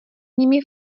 nimi